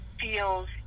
feels